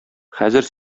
хәзер